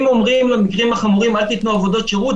אם אומרים למקרים החמורים: אל תיתנו עבודות שירות,